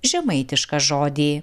žemaitišką žodį